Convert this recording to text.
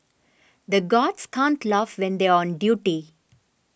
the guards can't laugh when they are on duty